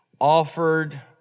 offered